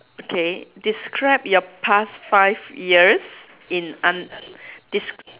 okay describe your past five years in un~ des~